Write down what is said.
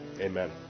Amen